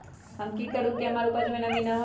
हम की करू की हमार उपज में नमी होए?